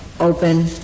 Open